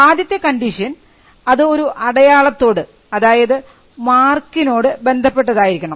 ആദ്യത്തെ കണ്ടീഷൻ അത് ഒരു അടയാളത്തോട് അതായത് മാർക്കിനോട് ബന്ധപ്പെട്ടതായിരിക്കണം